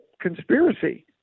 conspiracy